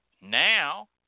Now